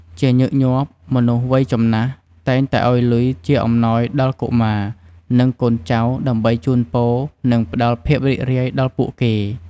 ជាញឹកញាប់ មនុស្សវ័យចំណាស់ តែងតែឱ្យលុយជាអំណោយដល់កុមារ និងកូនចៅ ដើម្បីជូនពរ និងផ្ដល់ភាពរីករាយដល់ពួកគេ។